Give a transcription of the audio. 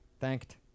thanked